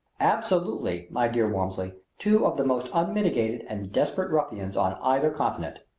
absolutely, my dear walmsley, two of the most unmitigated and desperate ruffians on either continent!